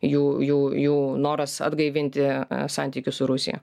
jų jų jų noras atgaivinti santykius su rusija